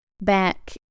back